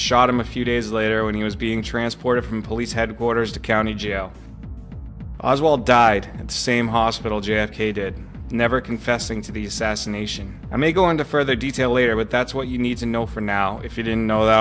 shot him a few days later when he was being transported from police headquarters to county jail oswald died and same hospital j f k did never confessing to the assassination i may go into further detail later but that's what you need to know for now if you didn't know that